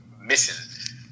mission